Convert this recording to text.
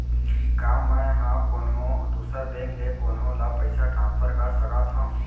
का मै हा कोनहो दुसर बैंक ले कोनहो ला पईसा ट्रांसफर कर सकत हव?